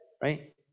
right